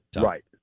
right